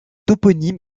toponyme